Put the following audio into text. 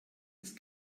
ist